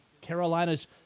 Carolina's